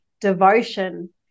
devotion